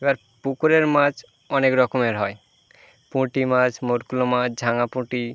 এবার পুকুরের মাছ অনেক রকমের হয় পুঁটি মাছ মুরকুল মাছ ঝাঙা পুঁটি